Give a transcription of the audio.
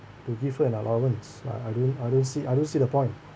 to give her an allowance uh I don't I don't see I don't see the point